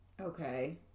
Okay